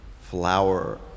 flower